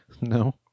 No